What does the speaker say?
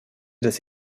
des